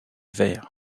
vert